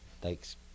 thanks